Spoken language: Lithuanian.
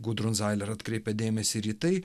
gudrun sailer atkreipė dėmesį ir į tai